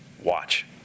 Watch